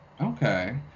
Okay